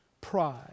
Pride